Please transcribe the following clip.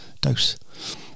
Dose